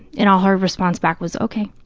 and all her response back was, okay.